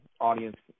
audience